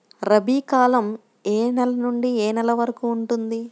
రబీ కాలం ఏ నెల నుండి ఏ నెల వరకు ఉంటుంది?